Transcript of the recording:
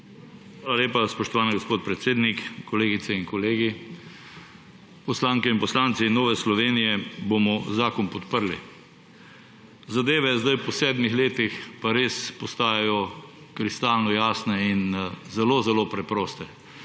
Hvala lepa, spoštovani gospod predsednik. Kolegice in kolegi! Poslanke in poslanci Nove Slovenije bomo zakon podprli. Zadeve zdaj po sedmih letih pa res postajajo kristalno jasne in zelo zelo preproste.